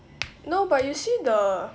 no but you see the